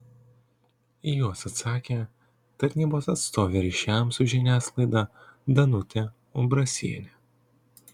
į juos atsakė tarnybos atstovė ryšiams su žiniasklaida danutė umbrasienė